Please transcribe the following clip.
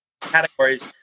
categories